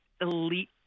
elite